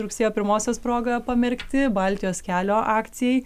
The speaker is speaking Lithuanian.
rugsėjo pirmosios proga pamerkti baltijos kelio akcijai